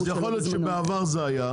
אז יכול להיות שבעבר זה היה,